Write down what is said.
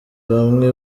bamwe